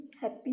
happy